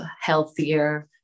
healthier